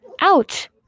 Ouch